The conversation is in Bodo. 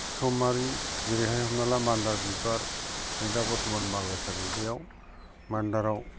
समआरि जेरैहाय हमना ला मान्दार बिबार नै दा बर्थमान बारबाय थादों बेयाव मान्दाराव